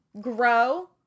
grow